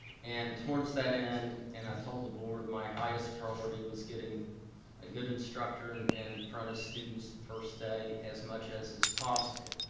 and towards that end, and i told the board my highest priority was getting a good instructor in and front of students the first day as much as is possible.